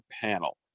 panel